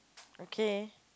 okay